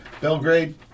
Belgrade